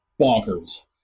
bonkers